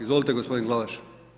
Izvolite gospodine Glavaš.